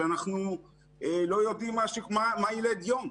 כשאנחנו לא יודעים מה יילד יום.